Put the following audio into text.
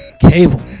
Cable